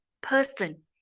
person